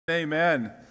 amen